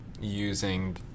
using